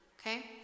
Okay